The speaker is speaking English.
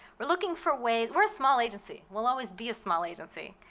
we're looking for ways. we're a small agency. we'll always be a small agency.